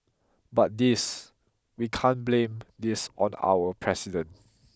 but this we can't blame this on our president